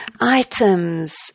items